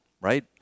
right